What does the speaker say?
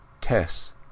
Tess